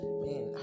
man